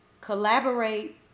collaborate